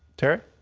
terry?